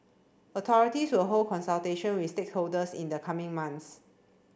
authorities will hold consultation with stakeholders in the coming months